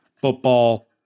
football